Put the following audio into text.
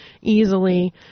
easily